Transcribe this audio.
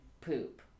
Poop